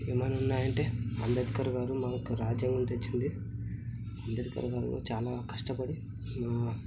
ఏమైనా ఉన్నాయి అంటే అంబేద్కర్ గారు మనకు రాజ్యాంగం తెచ్చింది అంబేద్కర్ గారు చాలా కష్టపడి